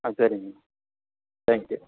ஆ சரிங்க thank you